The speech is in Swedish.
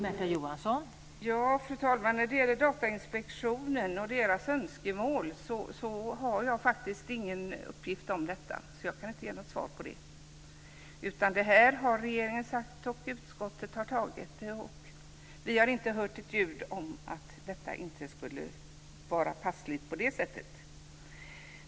Fru talman! När det gäller Datainspektionen och deras önskemål har jag faktiskt ingen uppgift, så jag kan inte ge något svar på det. Det här har regeringen sagt, och utskottet har tagit det. Vi har inte hört ett ljud om att detta inte skulle vara passligt.